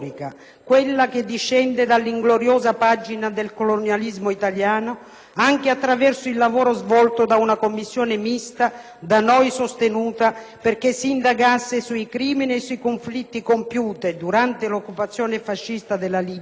quella che discende dell'ingloriosa pagina del colonialismo italiano, anche attraverso il lavoro svolto da una commissione mista, da noi sostenuta, per indagare sui conflitti e sui crimini compiuti durante l'occupazione fascista della Libia;